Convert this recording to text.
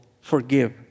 forgive